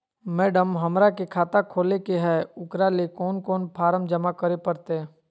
Madam, हमरा के खाता खोले के है उकरा ले कौन कौन फारम जमा करे परते?